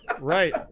Right